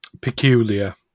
peculiar